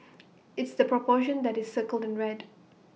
it's the proportion that is circled in red